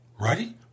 Ready